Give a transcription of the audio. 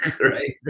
right